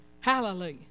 Hallelujah